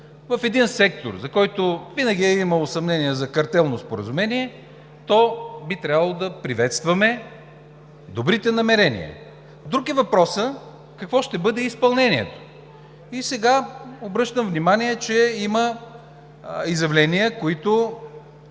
в един сектор, в който винаги е имало съмнение за картелно споразумение, то би трябвало да приветстваме добрите намерения. Друг е въпросът какво ще бъде изпълнението. И сега обръщам внимание, че има изявления, които